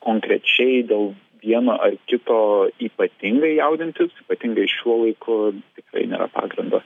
konkrečiai dėl vieno ar kito ypatingai jaudintis ypatingai šiuo laiku tikrai nėra pagrindo